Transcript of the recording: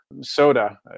soda